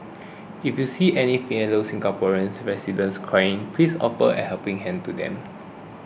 if you see any fellow Singaporean residents crying please offer a helping hand to them